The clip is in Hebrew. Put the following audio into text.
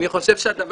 אני חושב שהדבר